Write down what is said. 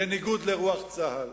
בניגוד לרוח צה"ל,